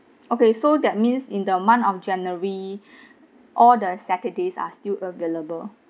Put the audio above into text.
okay so that means in the month of january all the saturdays are still available